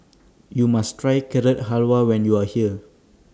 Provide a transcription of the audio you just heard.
YOU must Try Carrot Halwa when YOU Are here